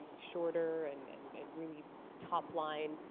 shorter and and and really top line.